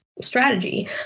strategy